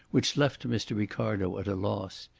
which left mr. ricardo at a loss.